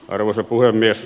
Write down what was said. arvoisa puhemies